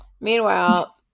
Meanwhile